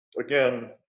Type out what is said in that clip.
again